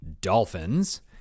dolphins